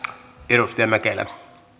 arvoisa